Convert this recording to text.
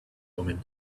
woman